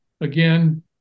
again